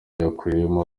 yakuyemo